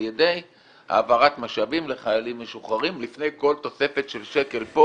ידי העברת משאבים לחיילים משוחררים לפני כל תוספת של שקל פה,